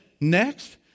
next